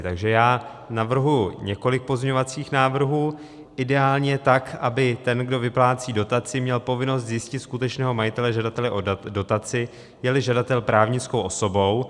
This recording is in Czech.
Takže já navrhuji několik pozměňovacích návrhů, ideálně tak, aby ten, kdo vyplácí dotaci, měl povinnost zjistit skutečného majitele, žadatele o dotaci, jeli žadatel právnickou osobou.